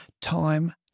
Time